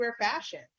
fashion